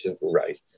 Right